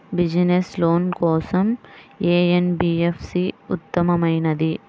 Business loan కోసం ఏ NBFC ఉత్తమమైనది?